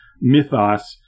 mythos